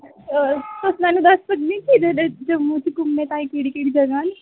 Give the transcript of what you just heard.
तुस सानू दस्सी सकदे कि जेह्ड़े जम्मू च घूमने ताईं केह्ड़ी केह्ड़ी जगह् न